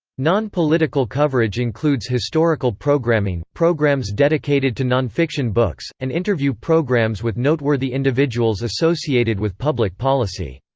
non-political coverage includes historical programming, programs dedicated to non-fiction books, and interview programs with noteworthy individuals associated with public policy.